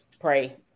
pray